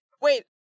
wait